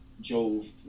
Jove